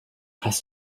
hast